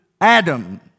Adam